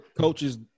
coaches –